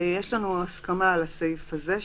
יש לנו הסכמה על הסעיף הזה,